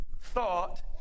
thought